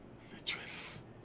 Citrus